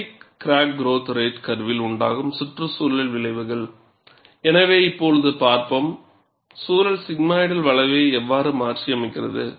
பெட்டிக் கிராக் growth rate கர்வில் உண்டாகும் சுற்றுசூழல் விளைவுகள் எனவே இப்போது பார்ப்போம் சூழல் சிக்மாய்டல் வளைவை எவ்வாறு மாற்றியமைக்கிறது